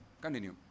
continue